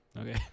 okay